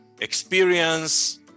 experience